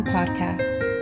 Podcast